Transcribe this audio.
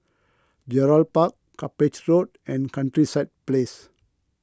Gerald Park Cuppage Road and Countryside Place